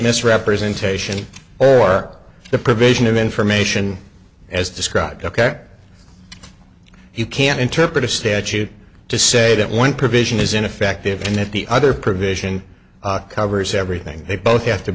misrepresentation or the provision of information as described ok you can interpret a statute to say that one provision is ineffective and if the other provision covers everything they both have to